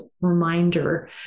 reminder